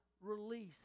release